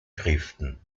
schriften